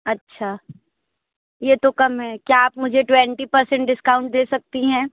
अच्छा यह तो कम है क्या आप मुझे ट्वेंटी परसेंट डिस्काउंट दे सकती हैं